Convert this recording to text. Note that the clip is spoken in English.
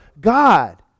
God